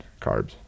carbs